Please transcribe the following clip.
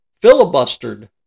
filibustered